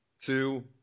two